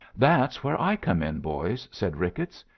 that's where i come in, boys, said ricketts.